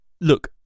look